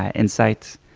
ah insights,